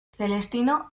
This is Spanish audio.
celestino